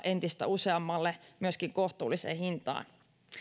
entistä useammalle mahdollisuuksia harrastaa myöskin kohtuulliseen hintaan